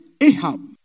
Ahab